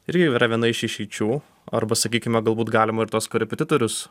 irgi yra viena iš išeičių arba sakykime galbūt galima ir tuos korepetitorius